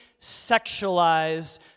sexualized